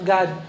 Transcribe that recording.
God